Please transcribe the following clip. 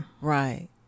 Right